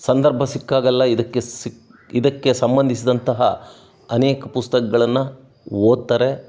ಸಂದರ್ಭ ಸಿಕ್ಕಾಗೆಲ್ಲ ಇದಕ್ಕೆ ಇದಕ್ಕೆ ಸಂಬಂಧಿಸಿದಂತಹ ಅನೇಕ ಪುಸ್ತಕಗಳನ್ನ ಓದ್ತಾರೆ